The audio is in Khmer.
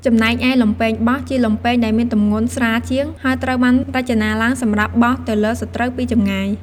ចំណែកឯ លំពែងបោះ ជាលំពែងដែលមានទម្ងន់ស្រាលជាង ហើយត្រូវបានរចនាឡើងសម្រាប់បោះទៅលើសត្រូវពីចម្ងាយ។